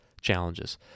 challenges